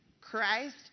Christ